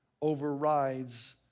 overrides